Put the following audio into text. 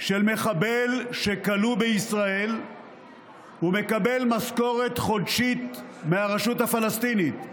של מחבל שכלוא בישראל ומקבל משכורת חודשית מהרשות הפלסטינית.